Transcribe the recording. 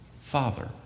Father